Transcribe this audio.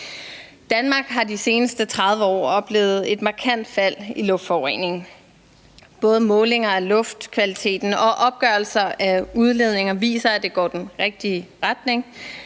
Danmark har i de seneste 30 år oplevet et markant fald i luftforureningen. Både målinger af luftkvaliteten og opgørelser af udledninger viser, at det går i den rigtige retning.